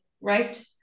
right